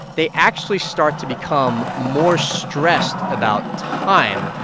they actually start to become more stressed about time,